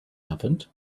happened